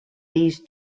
these